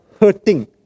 hurting